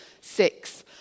six